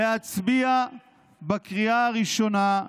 להצביע בקריאה הראשונה,